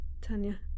Tanya